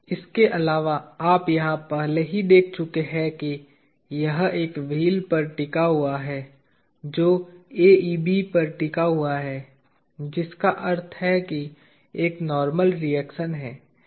इसके अलावा आप यहाँ पहले ही देख चुके हैं कि यह एक व्हील पर टिका हुआ है जो AEB पर टिका हुआ है जिसका अर्थ है कि एक नार्मल रिएक्शन है